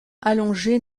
allongée